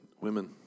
women